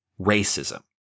racism